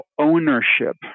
ownership